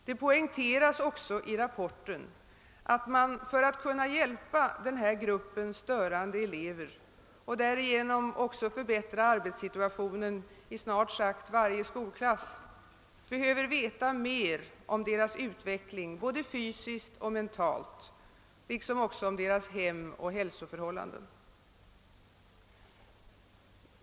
Det poängteras i rapporten att man för att kunna hjälpa denna grupp störande elever och därigenom förbättra arbetssituationen i snart sagt varje skolklass behöver veta mera om deras utveckling både fysiskt och mentalt, liksom också om deras hemoch hälsoförhållanden.